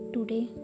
Today